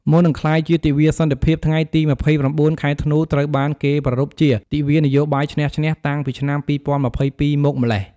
មុននឹងក្លាយជា ទិវាសន្តិភាព ថ្ងៃទី ២៩ ខែធ្នូ ត្រូវបានគេប្រារព្ធជា ទិវានយោបាយឈ្នះ-ឈ្នះ តាំងពីឆ្នាំ ២០២២ មកម្ល៉េះ។